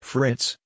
Fritz